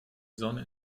sonne